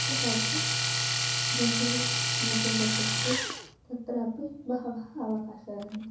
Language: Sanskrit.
तथा च जन्रल् मध्ये गच्छति चेत् तत्रापि बहवः अवकाशाः सन्ति